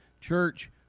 church